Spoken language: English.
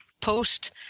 post